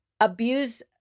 abuse